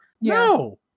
no